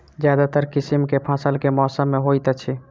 ज्यादातर किसिम केँ फसल केँ मौसम मे होइत अछि?